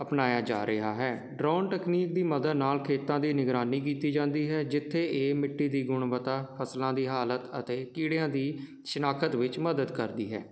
ਅਪਣਾਇਆ ਜਾ ਰਿਹਾ ਹੈ ਡਰੋਨ ਟਕਨੀਕ ਦੀ ਮਦਦ ਨਾਲ ਖੇਤਾਂ ਦੀ ਨਿਗਰਾਨੀ ਕੀਤੀ ਜਾਂਦੀ ਹੈ ਜਿੱਥੇ ਇਹ ਮਿੱਟੀ ਦੀ ਗੁਣਵੱਤਾ ਫਸਲਾਂ ਦੀ ਹਾਲਤ ਅਤੇ ਕੀੜਿਆਂ ਦੀ ਸ਼ਨਾਖਤ ਵਿੱਚ ਮਦਦ ਕਰਦੀ ਹੈ